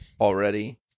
already